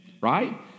Right